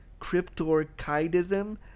cryptorchidism